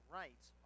rights